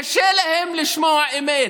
קשה להם לשמוע אמת.